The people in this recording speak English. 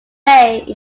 may